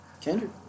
Kendrick